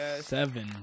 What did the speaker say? Seven